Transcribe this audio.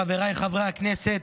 חבריי חברי הכנסת,